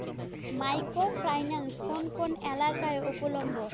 Micro finance কোন কোন এলাকায় উপলব্ধ?